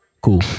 Cool